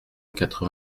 quatre